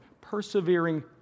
persevering